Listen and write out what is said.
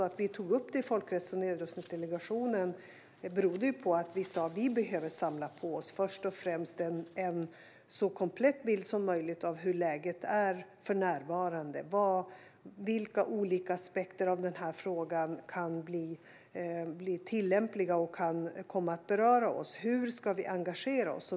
Att vi tog upp detta i Folkrätts och nedrustningsdelegationen berodde på att vi först och främst ville samla en så komplett bild som möjligt av hur läget är för närvarande och vilka olika aspekter av den här frågan som kan bli tillämpliga och kan komma att beröra oss: Hur ska vi engagera oss?